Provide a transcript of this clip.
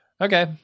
Okay